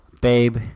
Babe